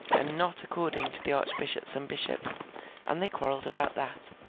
and not according to the archbishops and bishops and they quarrelled about that.